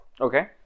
Okay